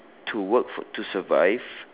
to work to survive